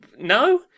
no